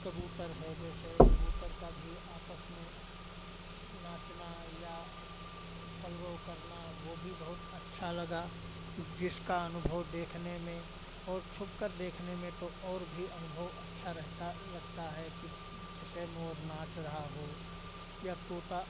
कबूतर है जैसे कबूतर का भी आपस में नाचना या कलरव करना वो भी बहुत अच्छा लगा जिसका अनुभव देखने में और छुपकर देखने में तो और भी अनुभव अच्छा रहता लगता है कि जैसे मोर नाच रहा हो या तोता